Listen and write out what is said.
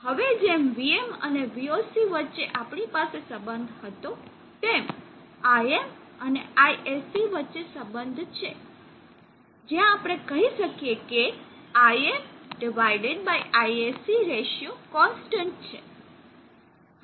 હવે જેમ vm અને voc વચ્ચે આપણી પાસે સંબંધ હતો તેમ Im અને ISC વચ્ચે સંબંધ છે જ્યાં આપણે શકીએ કે ImISC રેશિયો કોનસ્ટન્ટ છે